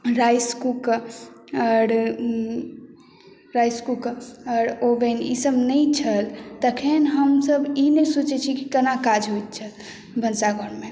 rice cooker आओर rice cooker oven ईसभ नहि छल तखन हमसभ ई नहि सोचैत छियै कि केना काज होइत छल भनसा घरमे